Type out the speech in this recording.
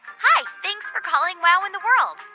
hi. thanks for calling wow in the world.